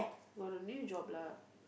got a new job lah